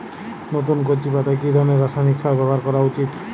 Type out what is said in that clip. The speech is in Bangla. নতুন কচি পাতায় কি ধরণের রাসায়নিক সার ব্যবহার করা উচিৎ?